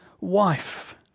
wife